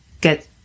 get